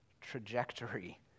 trajectory